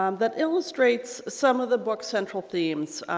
um that illustrates some of the book's central themes.